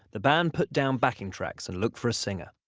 the band put down backing tracks and looked for a singer.